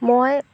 মই